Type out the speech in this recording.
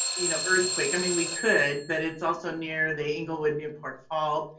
you know earthquake, i mean we could but it's also near the englewood-newport fault.